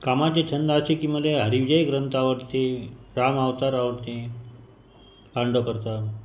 कामाचे छंद असे की मला हरीविजय ग्रंथ आवडतो राम अवतार आवडतो पांडव प्रताप